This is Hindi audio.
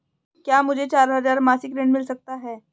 क्या मुझे चार हजार मासिक ऋण मिल सकता है?